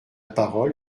parole